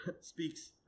speaks